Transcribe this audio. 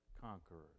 conquerors